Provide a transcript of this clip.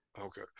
Okay